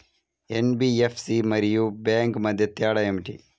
NBFC మరియు bank మధ్య తేడా ఏమిటి?